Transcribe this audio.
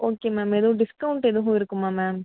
okay ma'am எதுவும் discount எதுவும் இருக்குமா மேம்